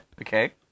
Okay